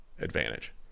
advantage